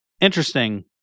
Interesting